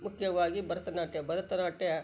ಮುಖ್ಯವಾಗಿ ಭರತನಾಟ್ಯ ಭರತನಾಟ್ಯ